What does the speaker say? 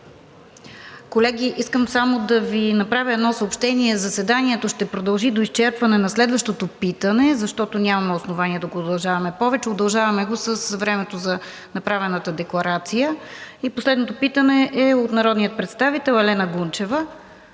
Колеги, искам само да Ви направя едно съобщение: заседанието ще продължи до изчерпване на следващото питане, защото нямаме основание да го удължаваме повече. Удължаваме го с времето за направената декларация. Последното питане е от народния представител Елена Гунчева,